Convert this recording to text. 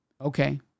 okay